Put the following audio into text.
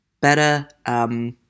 better